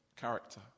character